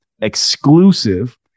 exclusive